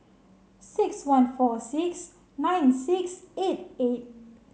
six one four six nine six eight eight